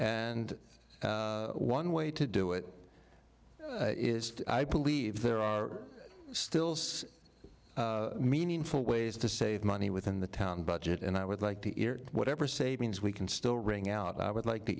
and one way to do it is i believe there are still six meaningful ways to save money within the town budget and i would like to whatever savings we can still wring out i would like the